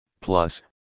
plus